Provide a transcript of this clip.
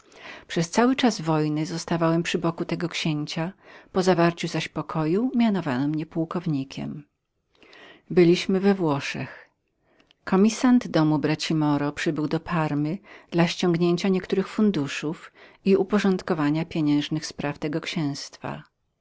przez cały czas wojny zostawałem przy boku tego księcia po zawarciu zaś pokoju mianowano mnie pułkownikiem byliśmy we włoszech komissant domu braci moro przybył do parmy dla ściągnięcia niektórych funduszów i uporządkowania pieniężnych spraw tego księztwa